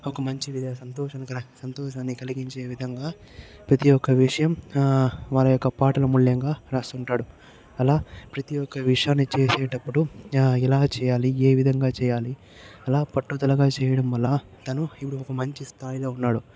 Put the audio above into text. ఒక మంచి సంతోషంగా సంతోషాన్ని కలిగించే విధంగా ప్రతి ఒక్క విషయం ఆ వాళ్ళ యొక్క పాటల మూల్యంగా రాస్తుంటాడు అలా ప్రతి ఒక్క విషయాన్ని చేసేటప్పుడు ఇలా చేయాలి ఏ విధంగా చేయాలి అలా పట్టుదలగా చేయడం వల్ల తను ఇప్పుడు ఒక మంచి స్థాయిలో ఉన్నాడు